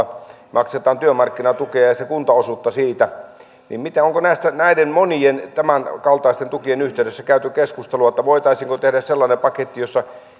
maksetaan työmarkkinatukea ja sen kuntaosuutta siitä onko näiden monien tämänkaltaisten tukien yhteydessä käyty keskustelua voitaisiinko tehdä sellainen paketti